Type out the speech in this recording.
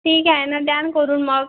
ठीक आहे ना द्या न करून मग